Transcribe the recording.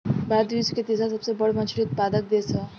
भारत विश्व के तीसरा सबसे बड़ मछली उत्पादक देश ह